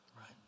Right